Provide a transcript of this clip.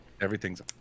Everything's